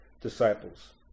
disciples